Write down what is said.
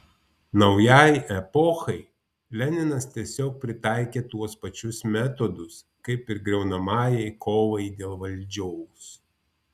naujai epochai leninas tiesiog pritaikė tuos pačius metodus kaip ir griaunamajai kovai dėl valdžios